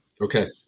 Okay